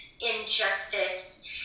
injustice